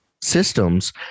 systems